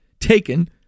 Taken